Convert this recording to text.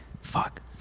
fuck